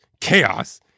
chaos